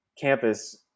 campus